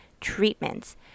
treatments